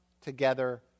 together